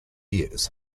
years